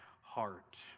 heart